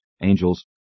angels